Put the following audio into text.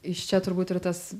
iš čia turbūt ir tas